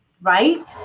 right